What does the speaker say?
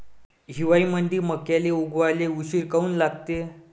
हिवाळ्यामंदी मक्याले उगवाले उशीर काऊन लागते?